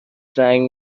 زنگ